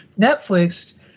Netflix